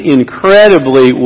incredibly